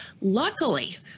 Luckily